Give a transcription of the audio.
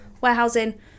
warehousing